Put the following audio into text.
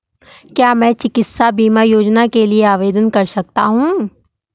क्या मैं चिकित्सा बीमा योजना के लिए आवेदन कर सकता हूँ?